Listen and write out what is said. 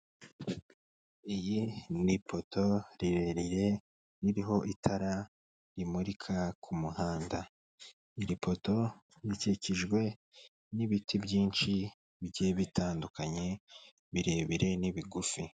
Iyi ni ipoto rirerire ririho itara rimurika ku muhanda. Iri poto rikikijwe n'ibiti byinshi bigiye bitandukanye birebire n'ibigufi.